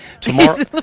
tomorrow